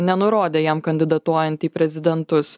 nenurodė jam kandidatuojant į prezidentus